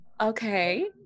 Okay